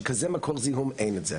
שכזה מקור זיהום אין את זה.